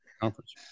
conference